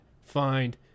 find